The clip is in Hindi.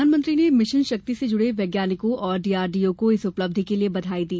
प्रधानमंत्री ने मिशन शक्ति से जुडे वैज्ञानिकों और डीआरडीओ को इस उपलब्धि के लिए बधाई दी